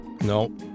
No